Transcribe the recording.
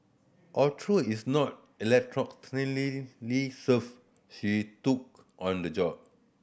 although is not serf she took on the job